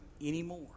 anymore